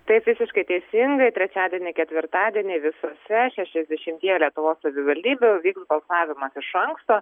taip visiškai teisingai trečiadienį ketvirtadienį visose šešiasdešimtyje lietuvos savivaldybių vyks balsavimas iš anksto